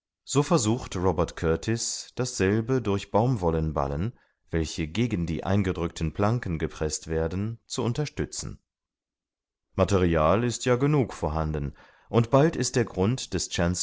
so versucht robert kurtis dasselbe durch baumwollenballen welche gegen die eingedrückten planken gepreßt werden zu unterstützen material ist ja genug vorhanden und bald ist der grund des